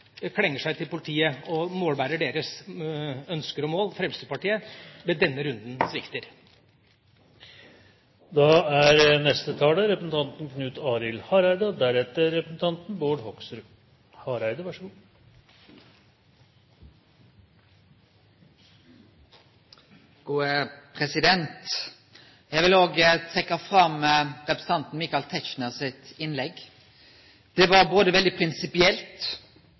tradisjonelt klenger seg til politiet og målbærer deres ønsker og mål, Fremskrittspartiet, ved denne runden svikter. Eg vil òg trekkje fram representanten Michael Tetzschner sitt innlegg. Det var veldig prinsipielt,